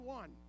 one